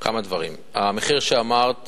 כמה דברים, המחיר שאמרת